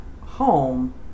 home